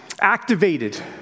activated